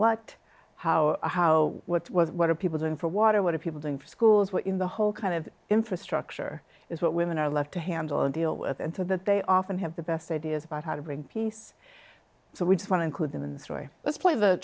what how how what was what are people doing for water what are people doing for schools where in the whole kind of infrastructure is what women are left to handle and deal with and for that they often have the best ideas about how to bring peace so we just want to include them in the story let's play the